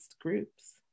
groups